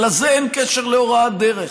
אבל לזה אין קשר להוראת דרך.